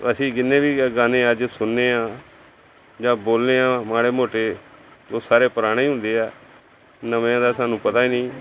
ਅਸੀਂ ਜਿੰਨੇ ਵੀ ਗਾਣੇ ਅੱਜ ਸੁਣਦੇ ਹਾਂ ਜਾਂ ਬੋਲਦੇ ਹਾਂ ਮਾੜੇ ਮੋਟੇ ਉਹ ਸਾਰੇ ਪੁਰਾਣੇ ਹੁੰਦੇ ਆ ਨਵਿਆਂ ਦਾ ਸਾਨੂੰ ਪਤਾ ਹੀ ਨਹੀਂ